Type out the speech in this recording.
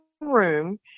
room